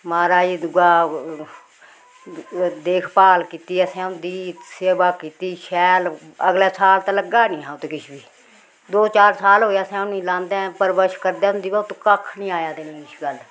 महाराज दूआ देखभाल कीती असें उं'दी सेवा कीती शैल अगले साल ते लग्गा नी ऐ हा ओत्त किश बी दो चार साल होऐ असें उनेंगी लांदे परवरिश करदे उं'दी पर कक्ख नी आया ते नेईं किश गल्ल